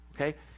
okay